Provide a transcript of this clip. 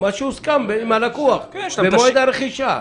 עם הלקוח, במועד הרכישה.